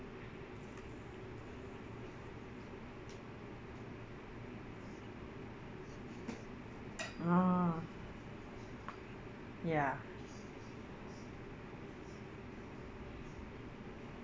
orh ya